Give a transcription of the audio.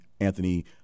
Anthony